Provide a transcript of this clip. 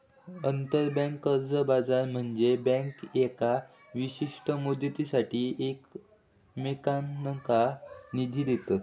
आंतरबँक कर्ज बाजार म्हनजे बँका येका विशिष्ट मुदतीसाठी एकमेकांनका निधी देतत